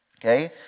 Okay